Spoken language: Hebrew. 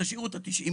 תשאירו את ה-90 יום,